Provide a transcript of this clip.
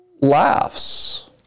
laughs